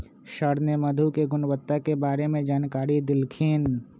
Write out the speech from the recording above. sir ने मधु के गुणवत्ता के बारे में जानकारी देल खिन